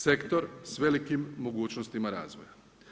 Sektor s velikim mogućnostima razvoja.